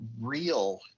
real